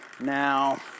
Now